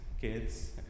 kids